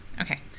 Okay